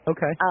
Okay